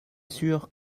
sûre